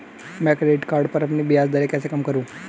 मैं credit card पर अपनी ब्याज दरें कैसे कम करूँ?